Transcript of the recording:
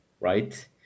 right